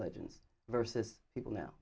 legends versus people now